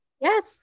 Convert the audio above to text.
Yes